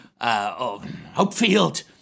Hopefield